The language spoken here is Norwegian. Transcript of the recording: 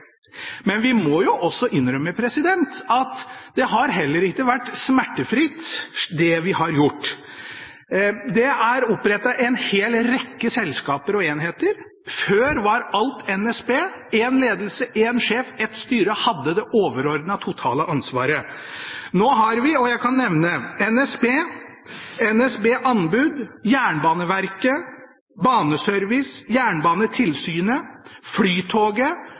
Men vi må jo også innrømme at det har heller ikke har vært smertefritt, det vi har gjort. Det er opprettet en hel rekke selskaper og enheter. Før var alt NSB. Én ledelse, én sjef, ett styre hadde det overordnede, totale ansvaret. Nå har vi: NSB, NSB Anbud, Jernbaneverket, Baneservice, Jernbanetilsynet, Flytoget,